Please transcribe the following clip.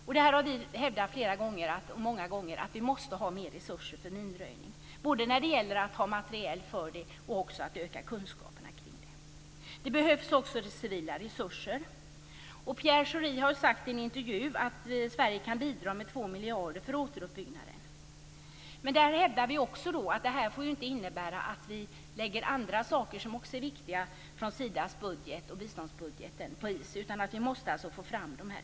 Vi har också flera gånger hävdat att det måste stå mer resurser till förfogande för minröjning, både materiellt och i form av ökade kunskaper. Det behövs också civila resurser. Pierre Schori har i en intervju sagt att Sverige kan bidra med 2 miljarder till återuppbyggnaden. Vi hävdar att detta inte får innebära att man lägger på is annat i Sidas biståndsbudget som också är viktigt, utan att det måste tas fram nya resurser.